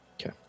Okay